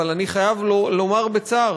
אבל אני חייב לומר בצער,